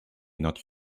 not